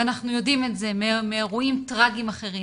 ואנחנו יודעים את זה מאירועים טראגיים אחרים